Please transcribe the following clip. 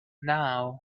now